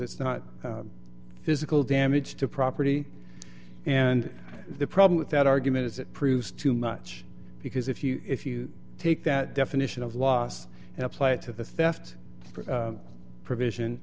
it's not physical damage to property and the problem with that argument is it proves too much because if you if you take that definition of loss and apply it to the theft provision